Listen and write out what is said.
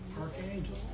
Archangel